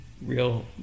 real